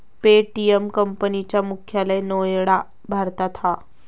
Paytm company चा मुख्यालय नोएडा भारतात हा